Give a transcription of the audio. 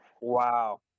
wow